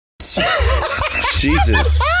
Jesus